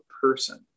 person